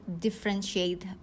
differentiate